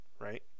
right